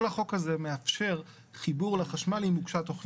כל החוק הזה מאפשר חיבור לחשמל אם הוגשה תכנית.